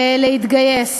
להתגייס.